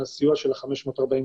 הטלפון שלנו עבר בין החיילים